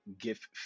gift